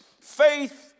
faith